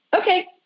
Okay